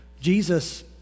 Jesus